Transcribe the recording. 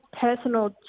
personal